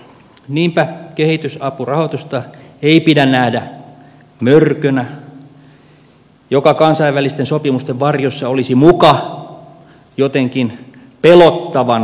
niinpä kehitysapurahoitusta ei pidä nähdä mörkönä joka kansainvälisten sopimusten varjossa olisi muka jotenkin pelottavan koskematon